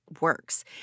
works